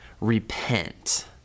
repent